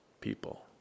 people